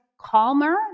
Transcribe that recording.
calmer